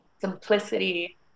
simplicity